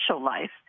life